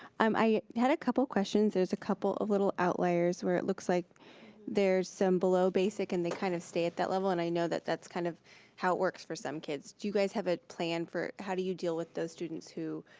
um i had a couple questions, there's a couple of little outliers where it looks like there's some below basic and they kind of stay at that level, and i know that's kind of how it works for some kids. do you guys have a plan for, how do you deal with those students who